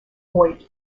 hoyt